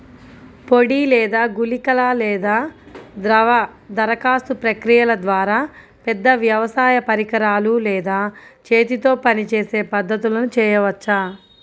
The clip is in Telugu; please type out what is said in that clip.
పొడి లేదా గుళికల లేదా ద్రవ దరఖాస్తు ప్రక్రియల ద్వారా, పెద్ద వ్యవసాయ పరికరాలు లేదా చేతితో పనిచేసే పద్ధతులను చేయవచ్చా?